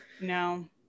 no